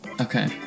Okay